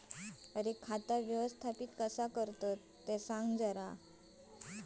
खाता व्यवस्थापित कसा करतत?